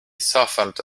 softened